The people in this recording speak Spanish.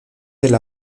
del